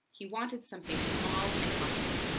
he wanted something small and humble.